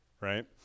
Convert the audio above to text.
right